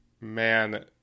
man